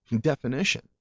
definition